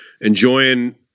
enjoying